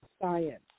science